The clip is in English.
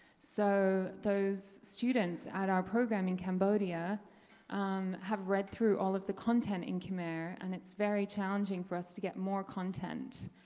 so, those students at our program in cambodia have read through all of the content in khmer and it's very challenging for us to get more content.